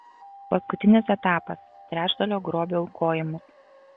paskutinis etapas trečdalio grobio aukojimas